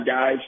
guys